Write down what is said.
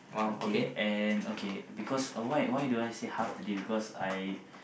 okay and okay because why why do I say half the day because I